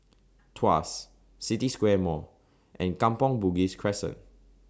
Tuas City Square Mall and Kampong Bugis Crescent